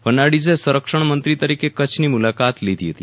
ફર્નાજિસે સંરક્ષણ મંત્રી તરીકે કચ્છની મુલાકાત લીધી હતી